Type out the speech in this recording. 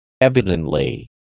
Evidently